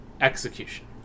Execution